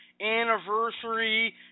anniversary